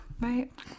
right